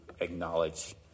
acknowledge